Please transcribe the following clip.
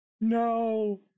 No